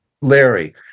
Larry